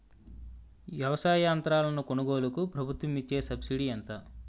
వ్యవసాయ యంత్రాలను కొనుగోలుకు ప్రభుత్వం ఇచ్చే సబ్సిడీ ఎంత?